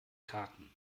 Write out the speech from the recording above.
karten